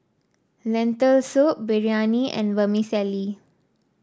Lentil Soup Biryani and Vermicelli